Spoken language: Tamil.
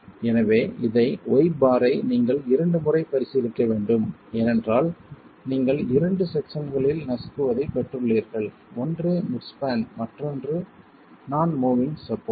எனவே இதை ஐ நீங்கள் இரண்டு முறை பரிசீலிக்க வேண்டும் ஏனென்றால் நீங்கள் இரண்டு செக்சன்களில் நசுக்குவதைப் பெற்றுள்ளீர்கள் ஒன்று மிட் ஸ்பான் மற்றொன்று நான் மோவிங் சப்போர்ட்